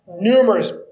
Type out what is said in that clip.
numerous